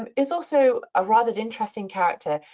um is also a rather interesting character.